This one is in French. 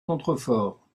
contreforts